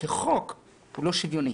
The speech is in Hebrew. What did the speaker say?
כחוק הוא לא שוויוני.